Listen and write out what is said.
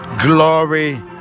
glory